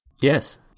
Yes